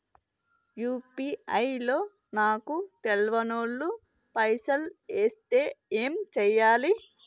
UPI లో నాకు తెల్వనోళ్లు పైసల్ ఎస్తే ఏం చేయాలి?